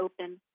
open